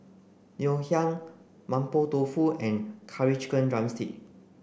Ngoh Hiang Mapo Tofu and curry chicken drumstick